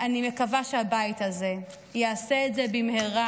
אני מקווה שהבית הזה יעשה את זה במהרה,